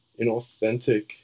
inauthentic